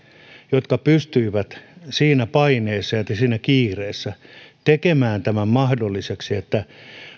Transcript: jotka pystyivät siinä paineessa ja siinä kiireessä tekemään tämän mahdolliseksi että